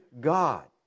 God